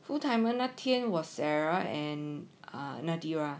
full timer 那天我 sarah and err nadira